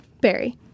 Barry